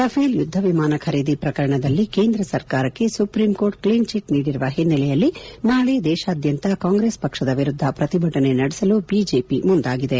Rafale ಯುದ್ದ ವಿಮಾನ ಖರೀದಿ ಪ್ರಕರಣದಲ್ಲಿ ಕೇಂದ್ರ ಸರ್ಕಾರಕ್ಕೆ ಸುಪ್ರೀಂ ಕೋರ್ಟ್ ಕ್ಲೀನ್ಚಿಟ್ ನೀಡಿರುವ ಹಿನ್ನೆಲೆಯಲ್ಲಿ ನಾಳೆ ದೇಶಾದ್ವಂತ ಕಾಂಗ್ರೆಸ್ ಪಕ್ಷದ ವಿರುದ್ದ ಪ್ರತಿಭಟನೆ ನಡೆಸಲು ಬಿಜೆಪಿ ಮುಂದಾಗಿದೆ